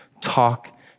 talk